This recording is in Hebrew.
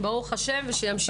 ברוך השם, ושימשיך כך.